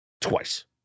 twice